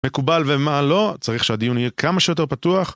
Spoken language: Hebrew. מקובל ומה לא, צריך שהדיון יהיה כמה שיותר פתוח.